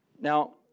Now